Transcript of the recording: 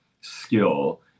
skill